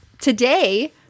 today